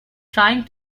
trying